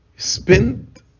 spend